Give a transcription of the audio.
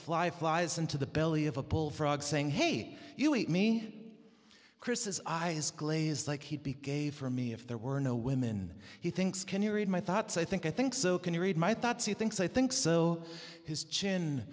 fly flies into the belly of a bull frog saying hey you eat me chris his eyes glazed like he'd be gay for me if there were no women he thinks can you read my thoughts i think i think so can you read my thoughts he thinks i think so his chin